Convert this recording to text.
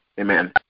Amen